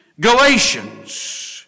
Galatians